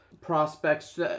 prospects